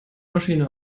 maschinen